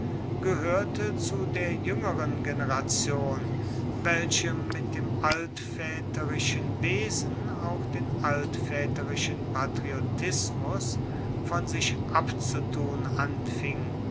gehoerte zu der juengeren generation welche mit dem altvaeterischen wesen auch den altvaeterischen patriotismus von sich abzutun anfing